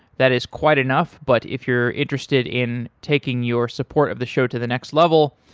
that is quite enough, but if you're interested in taking your support of the show to the next level,